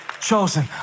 Chosen